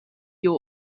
you